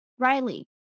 Riley